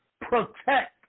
protect